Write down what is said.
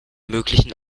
möglichen